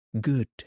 Good